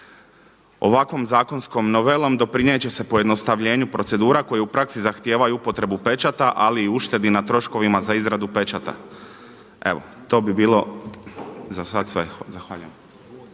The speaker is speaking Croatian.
Ovakvom zakonskom novelom doprinijet će se pojednostavljenje procedura koje u praksi zahtijevaju upotrebu pečata, ali i uštedi na troškovima za izradu pečata. To bi bilo za sada sve. Zahvaljujem.